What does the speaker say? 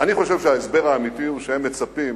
אני חושב שההסבר האמיתי הוא שהם מצפים,